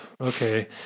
Okay